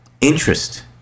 interest